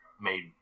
made